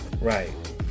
right